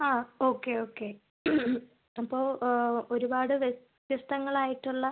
ആ okay okay അപ്പോൾ ഒരുപാട് വ്യത്യസ്ഥങ്ങളായിട്ടുള്ള